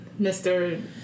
mr